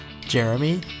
Jeremy